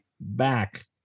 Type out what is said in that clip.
back